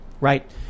right